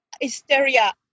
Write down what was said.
hysteria